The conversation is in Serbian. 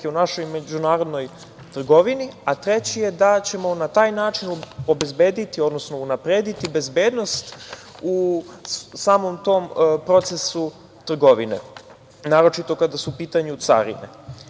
u našoj međunarodnoj trgovini, a treći je da ćemo na taj način obezbediti, odnosno unaprediti bezbednost u samom tom procesu trgovine, naročito kada su u pitanju carine. Kina